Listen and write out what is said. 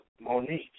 Monique